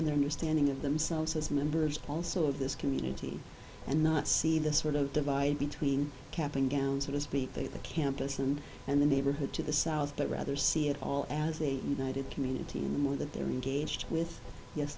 in their midst ending of themselves as members also of this community and not see this sort of divide between cap and gown sort of speak the campus and and the neighborhood to the south but rather see it all as a united community more that they're in gauged with yes